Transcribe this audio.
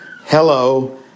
hello